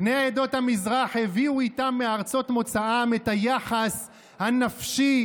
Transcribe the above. בני עדות המזרח הביאו איתם מארצות מוצאם את היחס הנפשי,